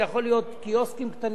זה יכול להיות קיוסקים קטנים,